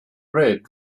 read